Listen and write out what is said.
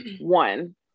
one